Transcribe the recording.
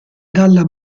dalla